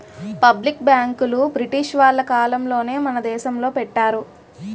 public బ్యాంకులు British వాళ్ళ కాలంలోనే మన దేశంలో పెట్టారు